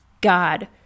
God